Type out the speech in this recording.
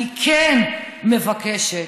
אני כן מבקשת